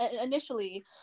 initially